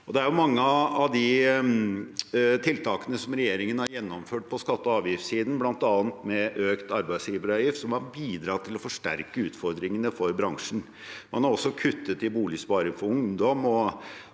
Det er mange av de tiltakene som regjeringen har gjennomført på skatte- og avgiftssiden, bl.a. med økt arbeidsgiveravgift, som har bidratt til å forsterke utfordringene for bransjen. Man har også kuttet i boligsparing for ungdom